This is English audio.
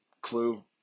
Clue